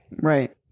Right